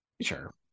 Sure